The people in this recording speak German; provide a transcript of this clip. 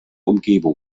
umgebung